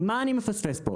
מה אני מפספס פה?